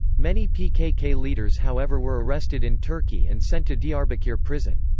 many pkk leaders however were arrested in turkey and sent to diyarbakir prison.